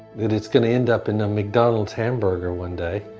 that it's going to end up in a mcdonalds hamburger one day.